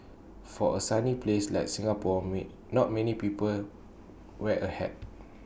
for A sunny place like Singapore not many people wear A hat